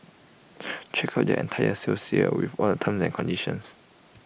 check out their entire sales here with all the terms and conditions